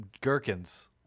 gherkins